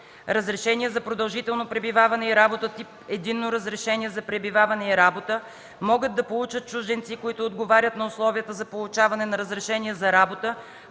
Разрешение за продължително пребиваване и работа тип „Единно разрешение за пребиваване и работа” могат да получат чужденци, които отговарят на условията за получаване на разрешение за работа